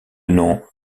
nom